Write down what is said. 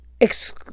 ex